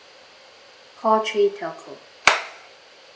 call three telco